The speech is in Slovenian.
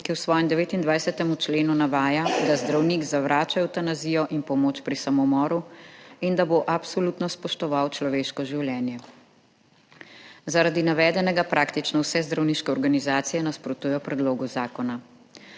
ki v svojem 29. členu navaja, da zdravnik zavrača evtanazijo in pomoč pri samomoru in da bo absolutno spoštoval človeško življenje. Zaradi navedenega praktično vse zdravniške organizacije nasprotujejo predlogu zakona.